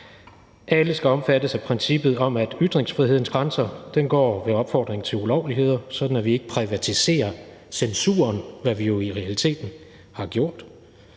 Alle skal omfattes af princippet om, at ytringsfrihedens grænser går ved opfordring til ulovligheder, sådan at vi ikke privatiserer censuren, hvad vi jo i realiteten har gjort.